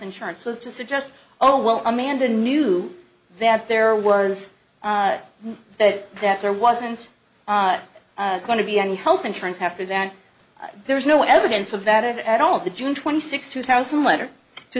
insurance so to suggest oh well amanda knew that there was that that there wasn't going to be any health insurance after that there's no evidence of that at all the june twenty sixth two thousand letter two